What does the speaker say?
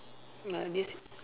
uh this